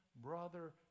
brother